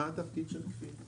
מה התפקיד של כפיר בטט?